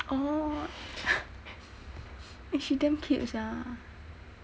oh eh she damn cute sia